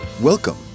welcome